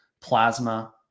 plasma